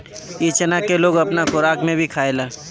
इ चना के लोग अपना खोराक में भी खायेला